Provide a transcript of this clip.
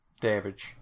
damage